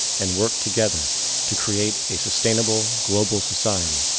and work together to create a sustainable, global society,